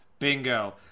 Bingo